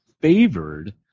favored